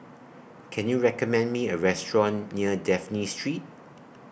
Can YOU recommend Me A Restaurant near Dafne Street